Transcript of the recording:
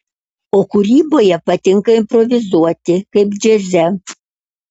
o kūryboje patinka improvizuoti kaip džiaze